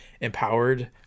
empowered